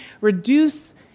reduce